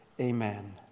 Amen